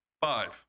Five